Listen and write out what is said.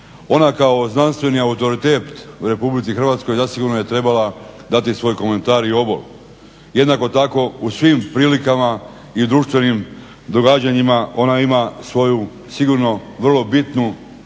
ona kao znanstveni autoritet u Republici Hrvatskoj zasigurno je trebala dati svoj komentar i ovo, jednako tak u svim prilikama i društvenim događanjima ona ima svoju sigurno vrlo bitnu riječ